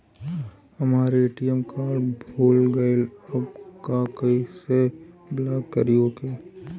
हमार ATM card भूला गईल बा कईसे ब्लॉक करी ओके?